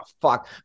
fuck